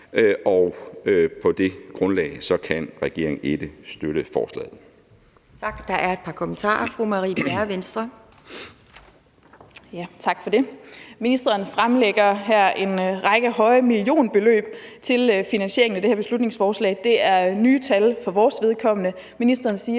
Kl. 14:01 Anden næstformand (Pia Kjærsgaard): Tak. Der er et par kommentarer. Fru Marie Bjerre, Venstre. Kl. 14:01 Marie Bjerre (V): Tak for det. Ministeren fremlægger her en række høje millionbeløb til finansiering af det her beslutningsforslag. Det er nye tal for vores vedkommende. Ministeren siger,